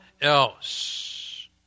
else